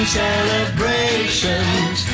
celebrations